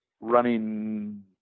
running